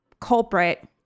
culprit